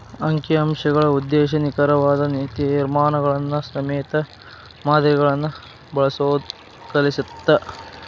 ಅಂಕಿ ಅಂಶಗಳ ಉದ್ದೇಶ ನಿಖರವಾದ ತೇರ್ಮಾನಗಳನ್ನ ಸೇಮಿತ ಮಾದರಿಗಳನ್ನ ಬಳಸೋದ್ ಕಲಿಸತ್ತ